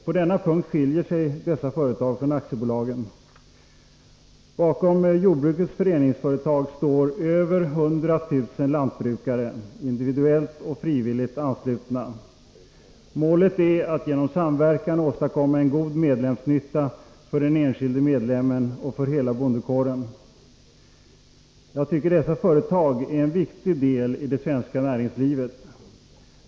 På denna punkt skiljer sig dessa företag från aktiebolagen. Bakom jordbrukets föreningsföretag står över 100 000 lantbrukare, individuellt och frivilligt anslutna. Målet är att genom samverkan åstadkomma en god medlemsnytta för den enskilde medlemmen och för hela bondekåren. Jag tycker att dessa företag är en viktig del i det svenska näringslivet.